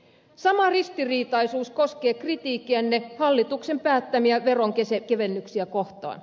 sama ristiriitaisuus koskee kritiikkiänne hallituksen päättämiä veronkevennyksiä kohtaan